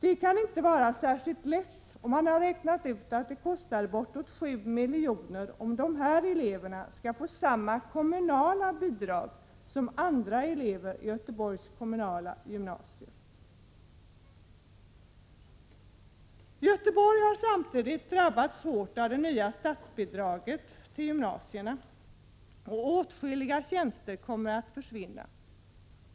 Det kan inte vara särskilt lätt, och man har räknat ut att det kostar bortåt 7 milj.kr. om de här eleverna skall få samma kommunala bidrag som andra elever i Göteborgs kommunala gymnasier har. Göteborg har samtidigt drabbats hårt av det nya statsbidragssystemet för gymnasierna, och åtskilliga tjänster kommer att försvinna.